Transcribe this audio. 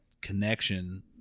connection